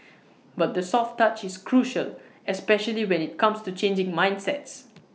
but the soft touch is crucial especially when IT comes to changing mindsets